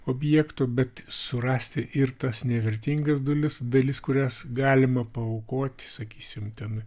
objektų bet surasti ir tas nevertingas dalis dalis kurias galima paaukoti sakysim ten